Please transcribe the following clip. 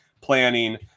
planning